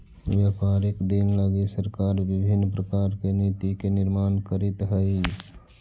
व्यापारिक दिन लगी सरकार विभिन्न प्रकार के नीति के निर्माण करीत हई